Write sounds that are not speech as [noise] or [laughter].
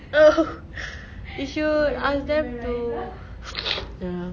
oh you should ask them to [noise] ya